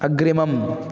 अग्रिमम्